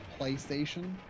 PlayStation